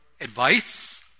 advice